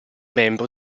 membro